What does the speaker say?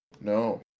no